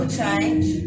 change